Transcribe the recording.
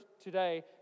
today